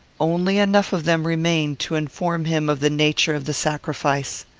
only enough of them remained to inform him of the nature of the sacrifice.